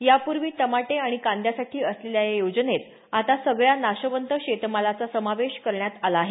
यापूर्वी टमाटे आणि कांद्यासाठी असलेल्या या योजनेत आता सगळ्या नाशवंत शेतमालाचा अंतर्भाव करण्यात आला आहे